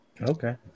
Okay